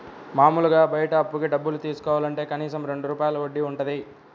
మాములుగా బయట అప్పుకి డబ్బులు తీసుకోవాలంటే కనీసం రెండు రూపాయల వడ్డీ వుంటది